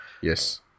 Yes